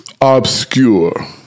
obscure